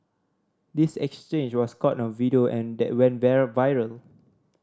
this exchange was caught on a video and that went there viral